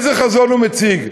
איזה חזון הוא מציג,